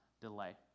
delay